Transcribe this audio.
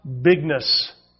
bigness